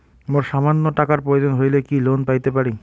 মোর সামান্য টাকার প্রয়োজন হইলে কি লোন পাইতে পারি?